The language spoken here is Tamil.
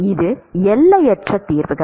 இது எல்லையற்ற தீர்வுகள்